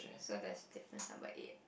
so that's different number eight